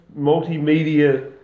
multimedia